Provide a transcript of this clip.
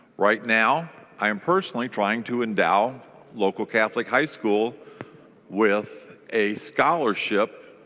right now i'm personally trying to endow local catholic high school with a scholarship